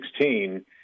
2016